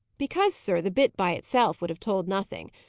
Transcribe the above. because, sir, the bit, by itself, would have told nothing.